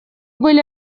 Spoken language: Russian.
были